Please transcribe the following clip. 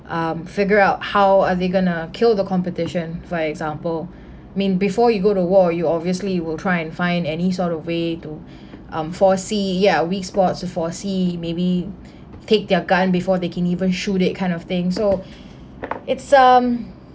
um figure out how are they going to kill the competition for example mean before you go to war you obviously you'll try and find any sort of way to um foresee ya weak spots to foresee maybe take their gun before they can even shoot it kind of thing so it's um